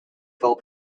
full